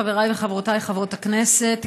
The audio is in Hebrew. חבריי וחברותיי חברות הכנסת,